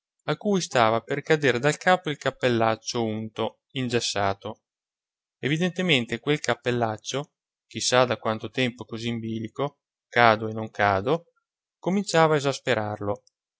a cui stava per cader dal capo il cappellaccio unto ingessato evidentemente quel cappellaccio chi sa da quanto tempo così in bilico cado e non cado cominciava a